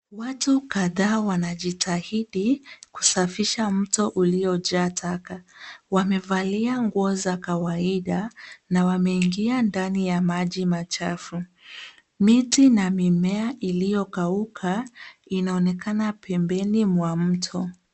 Watu kadhaa wanajitahidi kusafisha mto uliojaa taka. Wamevalia nguo za kawaida na wameingia ndani ya maji machafu. Miti na mimea iliyokauka inaonekana pembeni mwa mto.